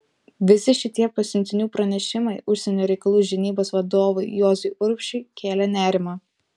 visi šitie pasiuntinių pranešimai užsienio reikalų žinybos vadovui juozui urbšiui kėlė nerimą